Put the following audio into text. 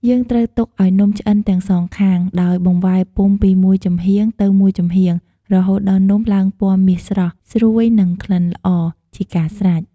យើងត្រូវទុកឱ្យនំឆ្អិនទាំងសងខាង ដោយបង្វែរពុម្ពពីមួយចំហៀងទៅមួយចំហៀងរហូតដល់នំឡើងពណ៌មាសស្រស់ ស្រួយ និងឆ្អិនល្អ ជាការស្រេច។